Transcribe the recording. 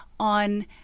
On